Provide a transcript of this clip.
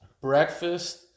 Breakfast